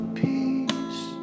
peace